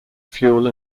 fuel